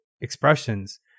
expressions